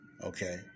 Okay